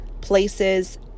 places